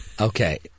Okay